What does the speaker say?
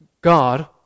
God